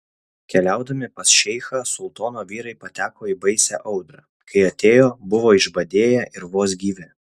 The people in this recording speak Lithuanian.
keliaudami pas šeichą sultono vyrai pateko į baisią audrą kai atėjo buvo išbadėję ir vos gyvi